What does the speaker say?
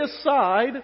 aside